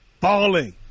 falling